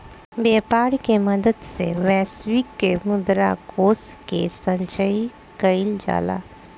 व्यापर के मदद से वैश्विक मुद्रा कोष के संचय कइल जाला